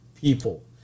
people